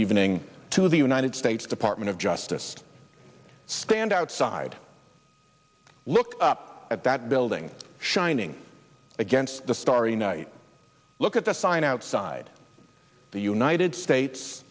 evening to the united states department of justice stand outside look up at that building shining against the starry night look at the sign outside the united states